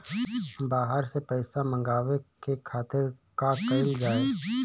बाहर से पइसा मंगावे के खातिर का कइल जाइ?